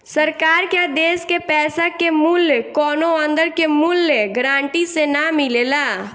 सरकार के आदेश के पैसा के मूल्य कौनो अंदर के मूल्य गारंटी से ना मिलेला